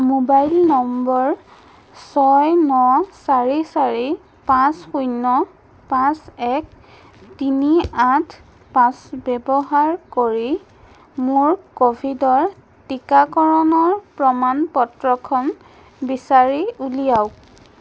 mobile নম্বৰ ছয় ন চাৰি চাৰি পাঁচ শূন্য পাঁচ এক তিনি আঠ পাঁচ ব্যৱহাৰ কৰি মোৰ ক'ভিডৰ টীকাকৰণৰ প্ৰমাণপত্ৰখন বিচাৰি উলিয়াওক